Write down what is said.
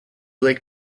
lake